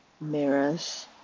mirrors